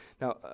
now